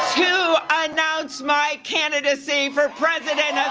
to announce my candidacy for president of